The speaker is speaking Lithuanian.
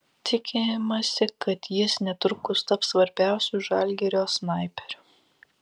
tikimasi kad jis netrukus taps svarbiausiu žalgirio snaiperiu